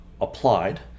applied